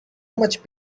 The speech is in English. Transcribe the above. much